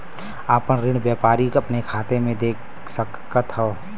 आपन ऋण व्यापारी अपने खाते मे देख सकत हौ